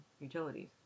utilities